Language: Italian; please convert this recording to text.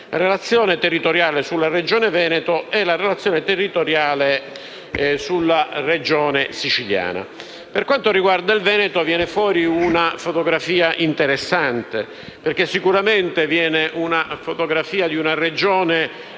la relazione territoriale sulla Regione Veneto e la relazione territoriale sulla Regione Siciliana. Per quanto riguarda il Veneto, viene fuori una fotografia interessante, perché sicuramente si tratta di una Regione